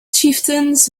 chieftains